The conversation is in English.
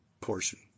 portion